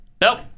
Nope